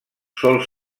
sol